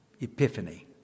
epiphany